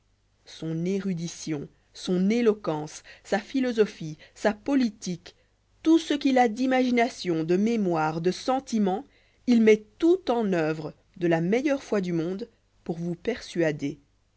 son éru ditioh son éloquence sa philoso phie sa politique tout ce qu'il a d'i mâgination de mémoire de senti ment il met tout en oeuvre de la meilleure foi du monde pour vous persuader